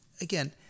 again